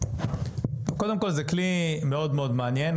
קודם כל זה כלי מאוד מעניין.